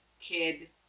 kid